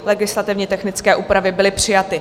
Legislativně technické úpravy byly přijaty.